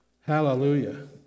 Hallelujah